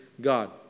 God